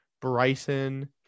Bryson